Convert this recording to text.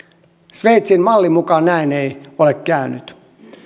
sveitsin mallin mukaan näin ei ole käynyt